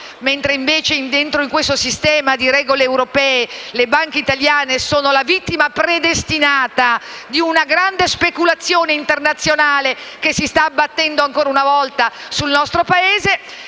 perché dentro questo sistema di regole europee le banche italiane sono la vittima predestinata di una grande speculazione internazionale, che si sta abbattendo ancora una volta sul nostro Paese.